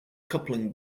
coupling